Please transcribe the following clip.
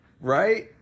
Right